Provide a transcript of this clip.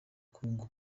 congo